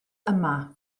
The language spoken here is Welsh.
yma